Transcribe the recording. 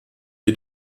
wir